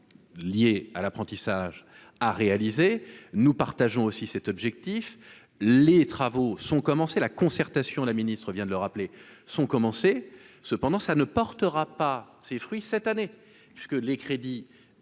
liées à l'apprentissage à réaliser, nous partageons aussi cet objectif, les travaux sont commencés la concertation la ministre vient de le rappeler son commencé cependant ça ne portera pas ses fruits cette année puisque que les crédits